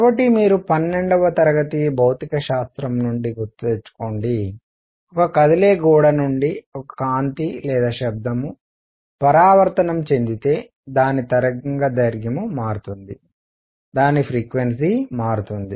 కాబట్టి మీరు పన్నెండవ తరగతి భౌతికశాస్త్రం నుండి గుర్తుకు తెచ్చుకోండి ఒక కదిలే గోడ నుండి ఒక కాంతి లేదా శబ్దం పరావర్తనం చెందితే దాని తరంగదైర్ఘ్యం మారుతుంది దాని ఫ్రీక్వెన్సీ మారుతుంది